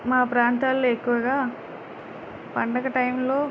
మా ప్రాంతాల్లో ఎక్కువగా పండగ టైములో